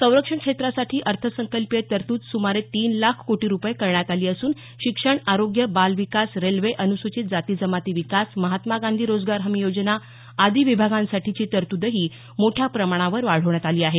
संरक्षण क्षेत्रासाठी अर्थसंकल्पीय तरतूद सुमारे तीन लाख कोटी रुपये करण्यात आली असून शिक्षण आरोग्य बालविकास रेल्वे अनुसूचित जाती जमाती विकास महात्मा गांधी रोजगार हमी योजना आदी विभागांसाठीची तरतूदही मोठ्या प्रमाणावर वाढवण्यात आली आहे